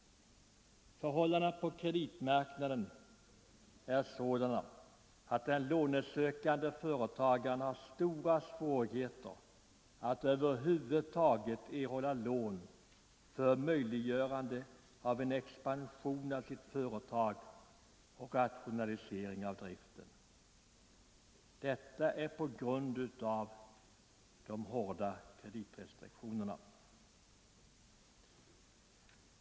Förhållandena på kreditmarknaden är sådana att den lånesökande företagaren har stora svårigheter att över huvud taget erhålla lån för möjliggörande av en expansion av sitt företag och rationalisering av driften. Detta är en följd av de hårda kreditrestriktionerna.